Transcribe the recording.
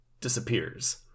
disappears